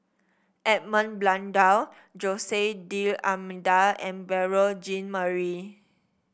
Edmund Blundell Jose D'Almeida and Beurel Jean Marie